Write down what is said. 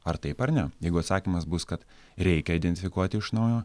ar taip ar ne jeigu atsakymas bus kad reikia identifikuoti iš naujo